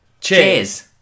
Cheers